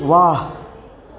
ವಾಹ್